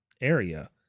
area